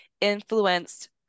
influenced